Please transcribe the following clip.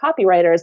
copywriters